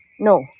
No